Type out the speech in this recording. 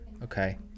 okay